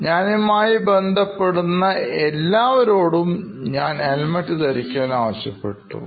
ഞാനുമായി ബന്ധപ്പെടുന്ന എല്ലാവരോടും ഞാൻ ഹെൽമറ്റ് ധരിക്കുവാൻ ആവശ്യപ്പെട്ടു